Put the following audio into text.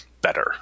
better